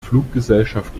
fluggesellschaft